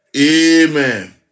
Amen